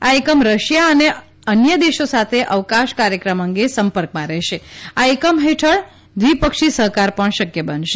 આ એકમ રશિયા અને અન્ય દેશો સાતે અવકાશ કાર્યક્રમ અંગે સંપર્કમાં રહેશે આ એકમ હેઠવ દ્વિપક્ષી સહકાર પણ શક્ય બનશે